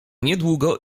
niedługo